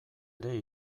ere